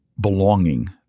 belonging